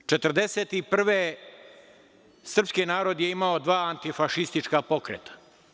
Godine 1941. srpski narod je imao dva antifašistička pokreta.